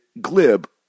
glib